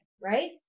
right